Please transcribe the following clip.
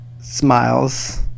smiles